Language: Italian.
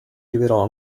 rivelò